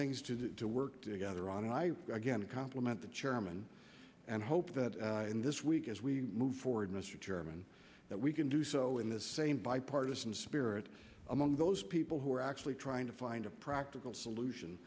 things to do to work together on and i again compliment the chairman and hope that in this week as we move forward mr chairman that we can do so in the same bipartisan spirit among those people who are actually trying to find a practical solution